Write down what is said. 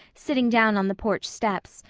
sitting down on the porch steps,